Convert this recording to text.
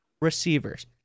receivers